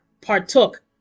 partook